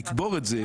לקבור את זה,